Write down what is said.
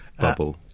bubble